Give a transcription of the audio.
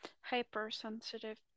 hypersensitive